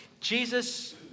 Jesus